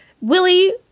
Willie